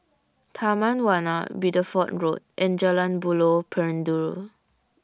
Taman Warna Bideford Road and Jalan Buloh Perindu